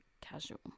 casual